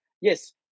yes